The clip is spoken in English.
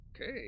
okay